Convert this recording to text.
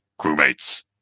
crewmates